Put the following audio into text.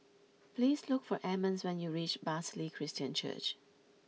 please look for Emmons when you reach Bartley Christian Church